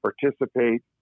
participate